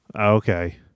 Okay